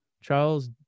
Charles